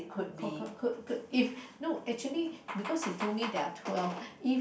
forgot good good if no actually because he told me there are twelve if